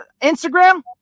Instagram